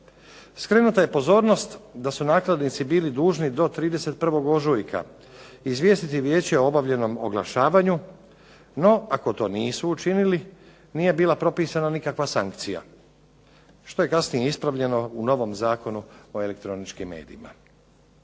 Skrenuta je pozornost da su nakladnici bili dužni do 31. ožujka izvijestiti vijeće o obavljenom oglašavanju. No ako to nisu učinili nije bila propisana nikakva sankcija, što je kasnije ispravljeno u novom Zakonu o elektroničkim medijima.